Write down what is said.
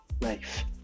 life